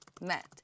met